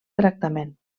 tractament